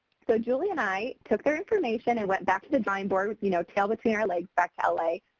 so, julie and i took their information and went back to the drawing board. you know tail between our legs back to l a.